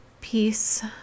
peace